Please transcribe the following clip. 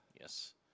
yes